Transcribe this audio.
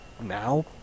now